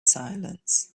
silence